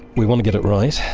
we want to get it right,